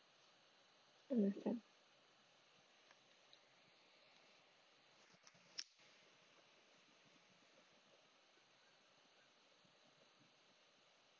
understand